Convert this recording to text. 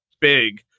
big